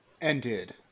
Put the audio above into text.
Ended